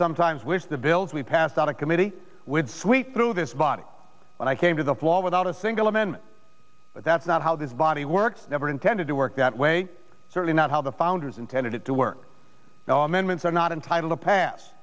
sometimes wish the bills we passed out of committee with sweep through this body and i came to the floor without a single amendment but that's not how this body works never intended to work that way certainly not how the founders intended it to work now amendments are not entitle to pass